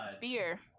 beer